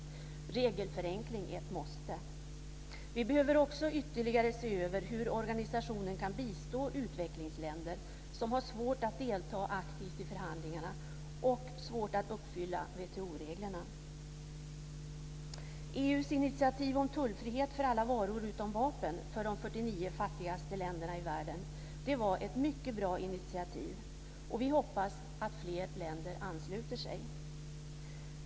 Regelförenkling är ett måste. Vi behöver också ytterligare se över hur organisationen kan bistå utvecklingsländer som har svårt att delta aktivt i förhandlingarna och svårt att uppfylla WTO-reglerna. EU:s initiativ om tullfrihet för alla varor utom vapen för de 49 fattigaste länderna i världen var ett mycket bra initiativ, och vi hoppas att fler länder ansluter sig.